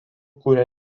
kuria